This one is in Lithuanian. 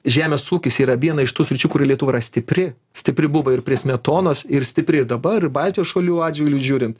žemės ūkis yra viena iš tų sričių kurioj lietuva stipri stipri buvo ir prie smetonos ir stipri ir dabar ir baltijos šalių atžvilgiu žiūrint